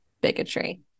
bigotry